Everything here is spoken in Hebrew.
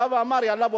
בא ואמר: יאללה,